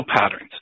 patterns